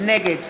נגד